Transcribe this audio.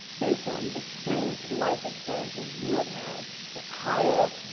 based on the experience, life experiences you have had to hire,